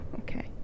Okay